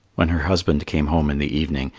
when her husband came home in the evening,